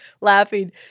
laughing